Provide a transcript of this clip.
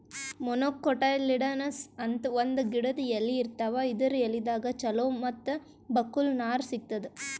monocotyledonous ಅಂತ್ ಒಂದ್ ಗಿಡದ್ ಎಲಿ ಇರ್ತಾವ ಇದರ್ ಎಲಿದಾಗ್ ಚಲೋ ಮತ್ತ್ ಬಕ್ಕುಲ್ ನಾರ್ ಸಿಗ್ತದ್